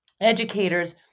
educators